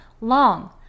long